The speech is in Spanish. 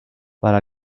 para